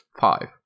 five